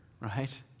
right